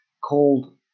called